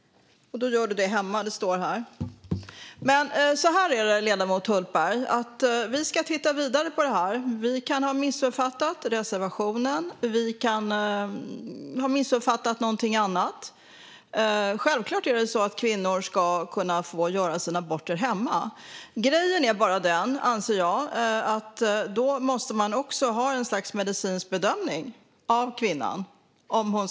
Det står här att du gör det hemma. Ledamoten Hultberg! Vi ska titta vidare på det här. Vi kan ha missuppfattat reservationen. Vi kan ha missuppfattat någonting annat. Självklart ska kvinnor kunna göra sina aborter hemma. Grejen är bara den att man då måste göra ett slags medicinsk bedömning av kvinnan.